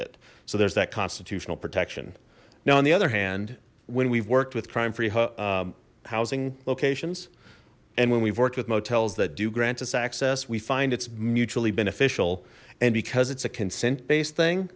it so there's that constitutional protection now on the other hand when we've worked with crime free huh housing locations and when we've worked with motels that do grant us access we find it's mutually beneficial and because it's a consent based thing